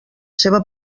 seva